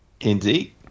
Indeed